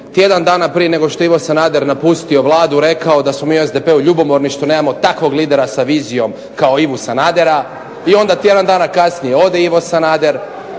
tjedan dana prije nego što je Ivo Sanader napustio vladu rekao da smo mi u SDP-u ljubomorni što mi nemamo takvu lidera kao Ivu Sanadera. I onda tjedan dana kasnije ode Ivo Sanader.